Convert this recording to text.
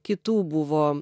kitų buvo